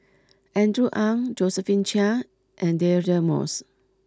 Andrew Ang Josephine Chia and Deirdre Moss